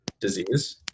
disease